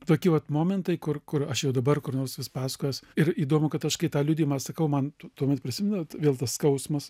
tokie vat momentai kur kur aš jau dabar kur nors vis pasakojęs ir įdomu kad aš kitą liudijimą sakau man tuomet prisimenat vėl tas skausmas